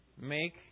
Make